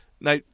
Now